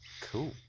Cool